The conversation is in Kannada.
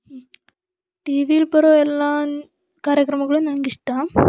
ಟಿ ವಿಲಿ ಬರೋ ಎಲ್ಲಾನು ಕಾರ್ಯಕ್ರಮಗಳು ನಂಗೆ ಇಷ್ಟ